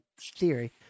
theory